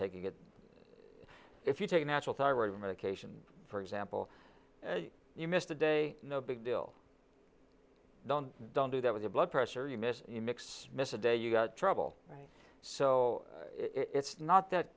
taking it if you take a natural thyroid medication for example you missed a day no big deal don't don't do that with your blood pressure you miss the mix missed a day you got trouble right so it's not that